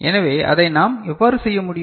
எனவே அதை நாம் எவ்வாறு செய்ய முடியும்